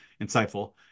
insightful